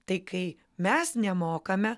tai kai mes nemokame